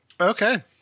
Okay